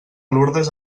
lurdes